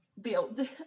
build